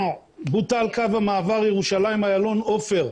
לדוגמה, בוטל קו המעבר ירושלים איילון עופר.